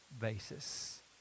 basis